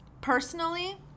Personally